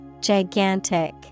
Gigantic